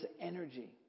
energy